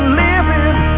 living